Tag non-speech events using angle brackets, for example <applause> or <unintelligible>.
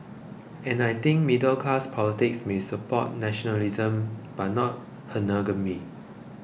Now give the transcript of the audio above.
and I think middle class politics may support nationalism but not <unintelligible>